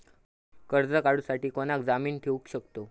कर्ज काढूसाठी कोणाक जामीन ठेवू शकतव?